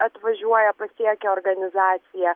atvažiuoja pasiekia organizaciją